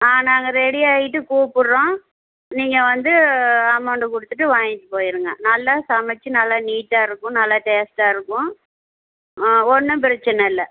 ஆ நாங்கள் ரெடியாயிவிட்டு கூப்பிட்றோம் நீங்கள் வந்து அமௌண்ட்டு கொடுத்துட்டு வாங்கிகிட்டு போயிருங்க நல்லா சமைச்சி நல்லா நீட்டாக இருக்கும் நல்லா டேஸ்டாக இருக்கும் ஆ ஒன்றும் பிரச்சனை இல்லை